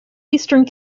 eastern